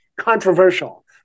controversial